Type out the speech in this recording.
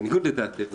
בניגוד לדעתך,